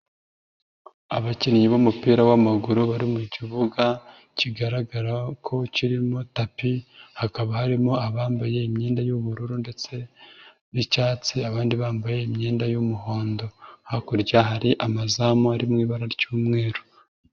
Abakinnyi b'umupira w'amaguru bari mu kibuga kigaragara ko kirimo tapi, hakaba harimo abambaye imyenda y'ubururu ndetse n'icyatsi, abandi bambaye imyenda y'umuhondo. Hakurya hari amazamu ari mu ibara ry'umweru.